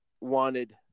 wanted